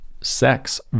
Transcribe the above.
sex